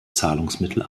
zahlungsmittel